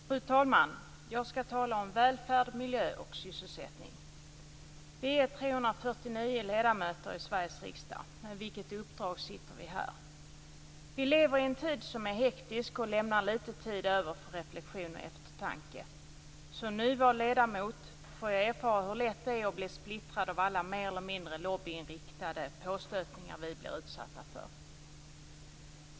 Fru talman! Jag skall tala om välfärd, miljö och sysselsättning. Vi är 349 ledamöter i Sveriges riksdag. Med vilket uppdrag sitter vi här? Vi lever i en tid som är hektisk och lämnar lite tid över för reflexion och eftertanke. Som nyvald ledamot får jag erfara hur lätt det är att bli splittrad av alla mer eller mindre lobbyinriktade påstötningar vi blir utsatta för.